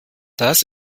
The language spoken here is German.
das